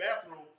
bathroom